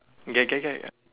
get get get